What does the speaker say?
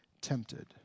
tempted